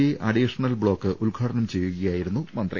I additional block ഉദ്ഘാടനം ചെയ്യുകയായിരുന്നു മന്ത്രി